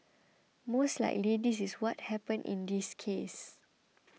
most likely this is what happened in this case